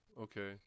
okay